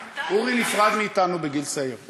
אורי נפרד מאתנו בגיל צעיר.